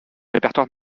répertoire